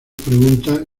preguntas